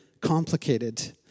complicated